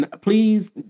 Please